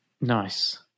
Nice